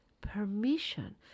permission